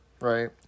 right